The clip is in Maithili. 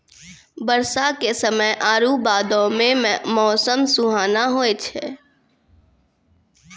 बरसा के समय आरु बादो मे मौसम सुहाना होय जाय छै